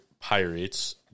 Pirates